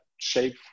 shape